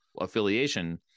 affiliation